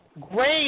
Great